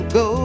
go